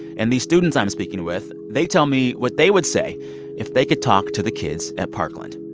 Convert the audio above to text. and these students i'm speaking with, they tell me what they would say if they could talk to the kids at parkland.